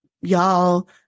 Y'all